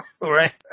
right